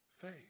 faith